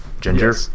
Ginger